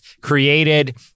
created